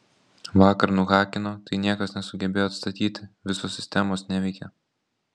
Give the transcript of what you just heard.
vakar nuhakino tai niekas nesugebėjo atstatyti visos sistemos neveikia